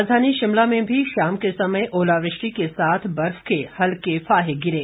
राजधानी शिमला में भी शाम के समय ओलावृष्टि के साथ बर्फ के हल्के फाहे गिरे